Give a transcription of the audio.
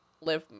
live